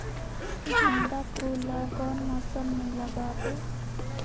गेंदा फूल ल कौन मौसम मे लगाबो?